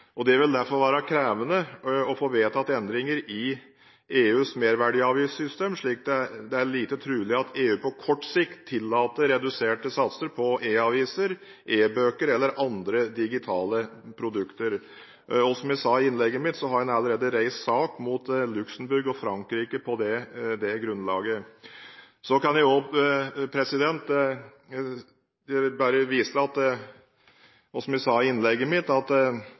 merverdiavgiftssystem, så det er lite trolig at EU på kort sikt tillater reduserte satser på e-aviser, e-bøker eller andre digitale produkter. Og som jeg sa i innlegget mitt, har en allerede reist sak mot Luxemburg og Frankrike på det grunnlaget. Jeg kan også vise til, som jeg sa i innlegget mitt, at en nå har kontakt med EU for å diskutere handlingsrommet for produksjonstilskuddet. Jeg har fått opplyst fra Kulturdepartementet at